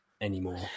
anymore